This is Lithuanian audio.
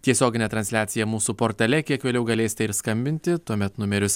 tiesioginė transliacija mūsų portale kiek vėliau galėsite ir skambinti tuomet numerius